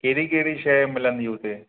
कहिड़ी कहिड़ी शइ मिलंदी हुते